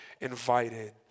invited